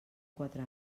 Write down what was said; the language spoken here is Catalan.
quatre